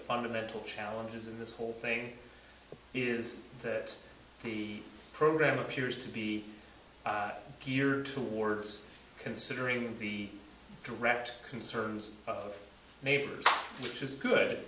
fundamental challenges in this whole thing is that the program appears to be geared towards considering the direct concerns of neighbors which is good